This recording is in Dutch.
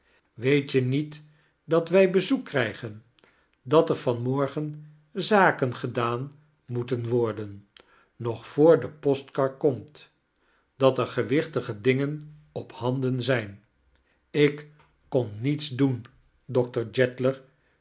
weet je ndet dat wij bezoek krijgen dat ear van moo-gen zaken geidaan moaten wordien nog vodr de positkar komt dat er gewichtige dingen op handjen zijn ik kon nrietis doen